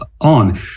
on